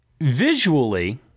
visually